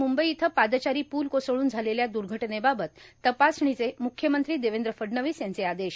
मुंबई इथं पादचारी पूल कोसळून झालेल्या दुर्घटनेबाबत तपासणीचे मुख्यमंत्री देवेंद्र फडणवीस यांचे आदेश